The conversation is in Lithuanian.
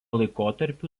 laikotarpiu